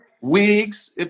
wigs